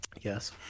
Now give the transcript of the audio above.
Yes